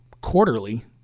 quarterly